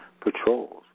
patrols